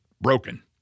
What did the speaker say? broken